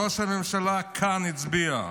ראש הממשלה הצביע כאן.